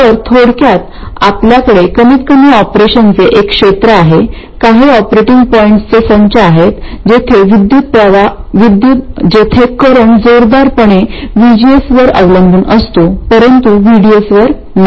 तर थोडक्यात आमच्याकडे कमीतकमी ऑपरेशनचे एक क्षेत्र आहे काही ऑपरेटिंग पॉईंट्सचे संच आहेत जिथे करंट जोरदारपणे VGS वर अवलंबून असतो परंतु VDS वर नाही